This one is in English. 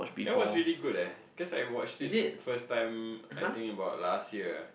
that was really good eh cause I watched it first time I think about last year